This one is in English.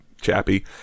chappy